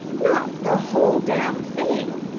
not the whole damn thing?